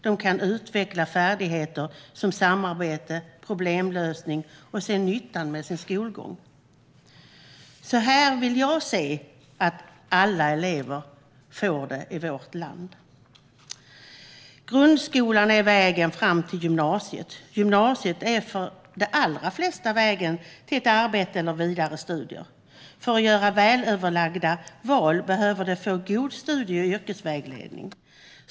De kan utveckla färdigheter som samarbete och problemlösning och se nyttan med sin skolgång. Så här vill jag se att alla elever får det i vårt land. Grundskolan är vägen fram till gymnasiet. Gymnasiet är för de allra flesta vägen till ett arbete eller vidare studier. För att göra välöverlagda val behöver de få god studie och yrkesvägledning.